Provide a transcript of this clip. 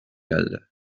geldi